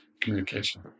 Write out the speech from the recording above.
communication